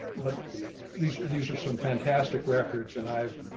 but these are, these are some fantastic records and i've